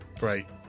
Right